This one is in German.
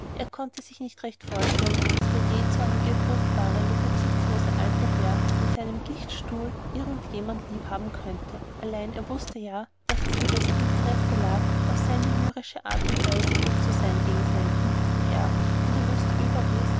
er konnte sich nicht recht vorstellen daß der jähzornige hochfahrende rücksichtslose alte herr in seinem gichtstuhl irgend jemand lieb haben könnte allein er wußte ja daß es in dessen interesse lag auf seine mürrische art und weise gut zu sein gegen seinen künftigen erben und er wußte überdies